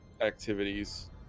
activities